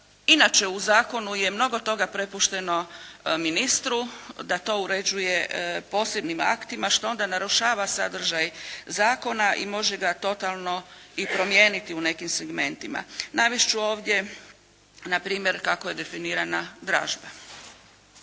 Inače, u zakonu je mnogo toga prepušteno ministru da to uređuje posebnim aktima što onda narušava sadržaj zakona i može ga totalno i promijeniti u nekim segmentima. Navest ću ovdje na primjer kako je definirana dražba.